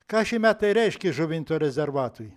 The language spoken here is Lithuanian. ką šie metai reiškė žuvinto rezervatui